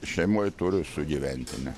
šeimoj turiu sugyventinę